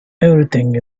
everything